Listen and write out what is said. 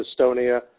Estonia